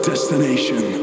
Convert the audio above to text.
destination